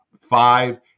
five